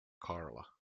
carla